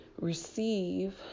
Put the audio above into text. receive